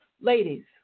Ladies